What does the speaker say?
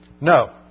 No